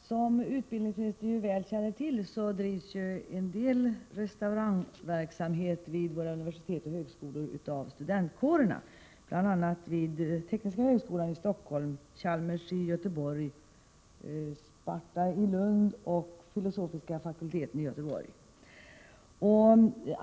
Som utbildningsministern ju väl känner till, drivs en del restaurangverksamhet vid våra universitet och högskolor av studentkårerna, bl.a. vid Tekniska högskolan i Stockholm, Chalmers i Göteborg, Sparta i Lund och filosofiska fakulteten i Göteborg.